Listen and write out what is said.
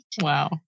Wow